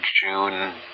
June